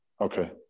Okay